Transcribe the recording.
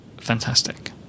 fantastic